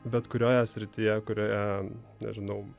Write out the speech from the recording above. bet kurioje srityje kurioje nežinau